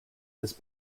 his